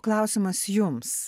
klausimas jums